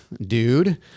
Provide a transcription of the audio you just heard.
dude